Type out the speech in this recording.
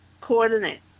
coordinates